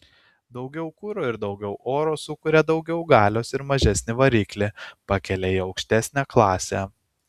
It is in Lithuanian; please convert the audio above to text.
daugiau kuro ir daugiau oro sukuria daugiau galios ir mažesnį variklį pakelia į aukštesnę klasę